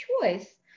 choice